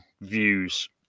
views